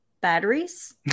batteries